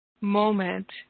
moment